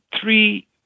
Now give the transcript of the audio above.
three